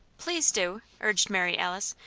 please do! urged mary alice.